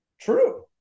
true